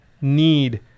need